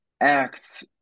acts